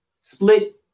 split